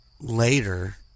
later